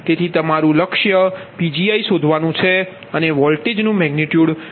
તેથી તમારું લક્ષ્ય Pgi શોધવાનું છે અને વોલ્ટેજનુ મેગનિટયુડ Vi